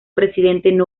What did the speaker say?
presidente